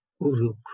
Uruk